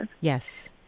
Yes